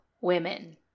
women